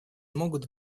могут